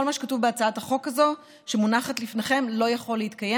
כל מה שכתוב בהצעת החוק הזאת שמונחת לפניכם לא יכול להתקיים.